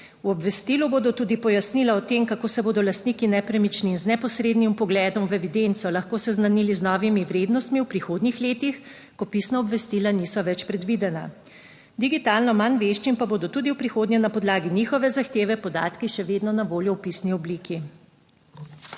V obvestilu bodo tudi pojasnila o tem, kako se bodo lastniki nepremičnin z neposrednim vpogledom v evidenco lahko seznanili z novimi vrednostmi v prihodnjih letih, ko pisna obvestila niso več predvidena. Digitalno manj veščim pa bodo tudi v prihodnje na podlagi njihove zahteve podatki še vedno na voljo v pisni obliki.